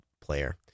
player